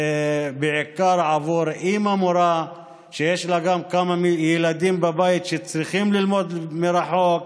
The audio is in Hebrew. בעיקר עבור אימא מורה שיש לה כמה ילדים בבית שצריכים ללמוד מרחוק,